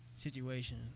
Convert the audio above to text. situation